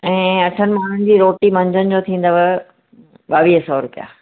ऐं अठनि माण्हुनि जी रोटी मंझंदि जो थींदव ॿावीह सौ रुपिया